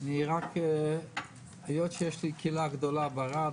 היות שיש לי קהילה גדולה בערד,